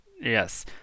Yes